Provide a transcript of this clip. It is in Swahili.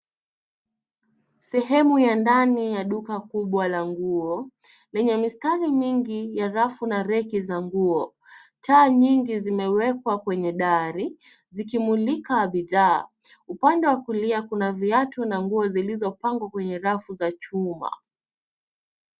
Sehemu ya ndani ya duka kubwa la nguo lenye mistari mingi ya rafu na reki za nguo. Taa nyingi zimewekwa kwenye dari zikimulika bidhaa. Upande wa kulia kuna viatu na nguo zilizopangwa kwenye rafu za chuma.